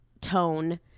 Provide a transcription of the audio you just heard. tone